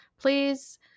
please